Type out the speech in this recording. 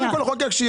קודם כל, חוק שיהיה.